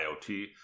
IoT